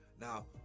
Now